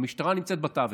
והמשטרה נמצאת בתווך.